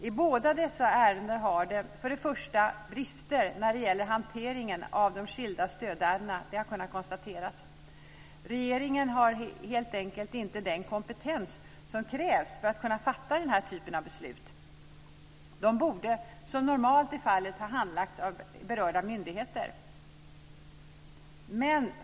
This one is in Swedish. I båda dessa ärenden har för det första brister när det gäller hanteringen av den skilda stödärendena kunnat konstateras. Regeringskansliet har helt enkelt inte den kompetens som krävs för att kunna fatta den här typen av beslut. De borde, som normalt är fallet, ha handlagts av berörda myndigheter.